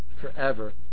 forever